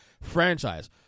franchise